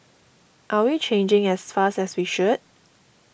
are we changing as fast as we should